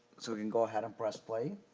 so, you can go ahead and press play.